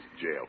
Jail